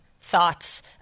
thoughts